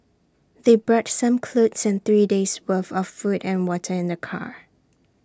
they brought some clothes and three days' worth of food and water in the car